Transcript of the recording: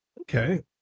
Okay